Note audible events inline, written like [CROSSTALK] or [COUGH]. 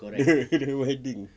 [LAUGHS] wedding